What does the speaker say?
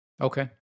okay